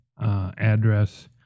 address